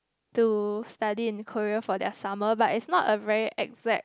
to study in Korea for their summer but is not a very exact